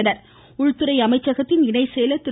மத்திய உள்துறை அமைச்சகத்தின் இணை செயலர் திரு